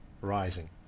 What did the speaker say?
rising